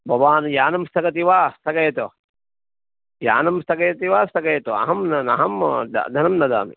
भवान् यानं स्थगयति वा स्थगयतु यानं स्थगयति वा स्थगयतु अहं न धनं न् ददामि